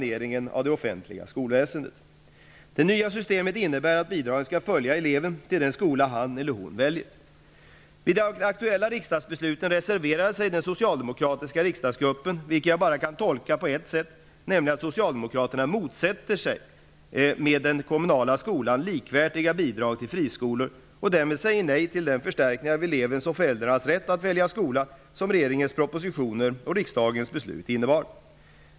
Det nya systemet innebär att bidragen skall följa eleven till den skola han eller hon väljer. Vid de aktuella riksdagsbesluten reserverade sig den socialdemokratiska riksdagsgruppen, vilket jag bara kan tolka på ett sätt, nämligen som att Socialdemokraterna motsätter sig med den kommunala skolan likvärdiga bidrag till friskolor och därmed säger nej till den förstärkning av elevens och föräldrarnas rätt att välja skola som regeringens propositioner och riksdagens beslut innebar.